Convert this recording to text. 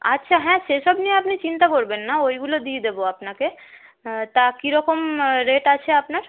আচ্ছা হ্যাঁ সেসব নিয়ে আপনি চিন্তা করবেন না ওইগুলো দিয়ে দেবো আপনাকে তা কিরকম রেট আছে আপনার